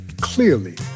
clearly